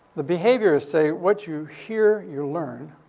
the behavior is, say, what you hear, you learn.